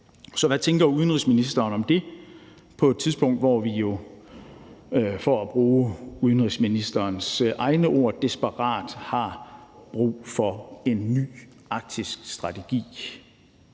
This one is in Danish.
Så hvad tænker udenrigsministeren om det på et tidspunkt, hvor vi jo – for at bruge udenrigsministerens egne ord – desperat har brug for en ny arktisk strategi?